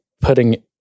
putting